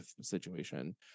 situation